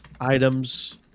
items